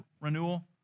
renewal